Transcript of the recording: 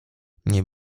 nie